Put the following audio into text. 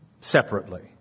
separately